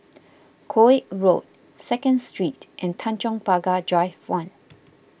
Koek Road Second Street and Tanjong Pagar Drive one